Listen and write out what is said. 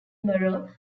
borough